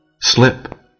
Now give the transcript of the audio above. Slip